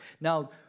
Now